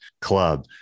club